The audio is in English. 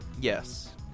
yes